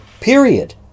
Period